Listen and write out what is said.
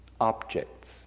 objects